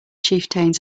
chieftains